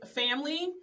family